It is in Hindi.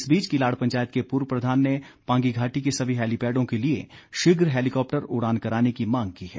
इस बीच किलाड़ पंचायत के पूर्व प्रधान ने पांगी घाटी के सभी हैलीपैडों के लिए शीघ्र हैलीकॉप्टर उड़ान कराने की मांग की है